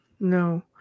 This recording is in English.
No